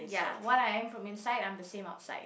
ya what I am from inside I'm the same outside